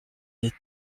les